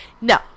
no